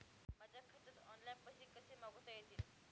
माझ्या खात्यात ऑनलाइन पैसे कसे मागवता येतील?